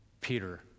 peter